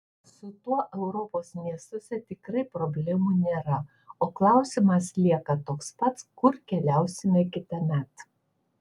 su tuo europos miestuose tikrai problemų nėra o klausimas lieka toks pats kur keliausime kitąmet